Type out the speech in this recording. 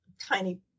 tiny